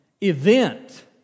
event